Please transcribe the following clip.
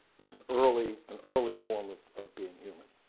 it's an early an early form of of being human.